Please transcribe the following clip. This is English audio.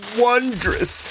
wondrous